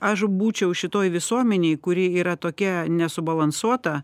aš būčiau šitoj visuomenėj kuri yra tokia nesubalansuota